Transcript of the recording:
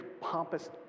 pompous